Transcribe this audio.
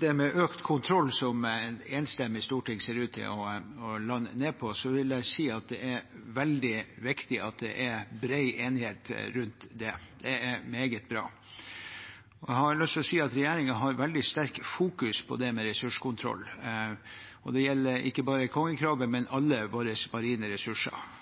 det med økt kontroll, som et enstemmig storting ser ut til å lande på, vil jeg si at det er veldig viktig at det er bred enighet rundt det. Det er meget bra. Jeg har lyst til å si at regjeringen fokuserer veldig sterkt på det med ressurskontroll. Det gjelder ikke bare kongekrabbe, men alle våre marine ressurser.